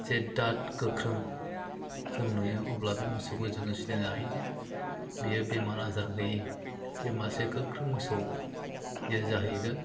जे दात गोख्रों जों नुयो अब्ला बे मोसौखौ जोङो सिनायनो हायो जे बेयो बेमार आजार गैयै बे मासे गोख्रों मोसौ बियो जाहैगोन